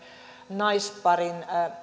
naisparin